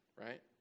right